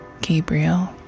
Gabriel